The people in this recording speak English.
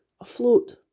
afloat